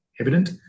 evident